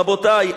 רבותי,